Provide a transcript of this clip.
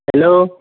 hello